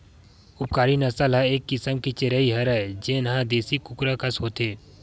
उपकारी नसल ह एक किसम के चिरई हरय जेन ह देसी कुकरा कस होथे